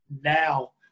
now